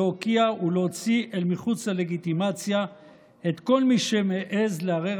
להוקיע ולהוציא אל מחוץ ללגיטימציה את כל מי שמעז לערער